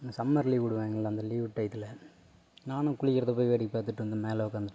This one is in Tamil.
அந்த சம்மர் லீவ் விடுவாய்ங்கல்ல அந்த லீவு டையத்தில் நானும் குளிக்கிறதை போய் வேடிக்கை பார்த்துட்ருந்தேன் மேலே உட்காந்துட்டு